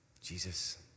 Jesus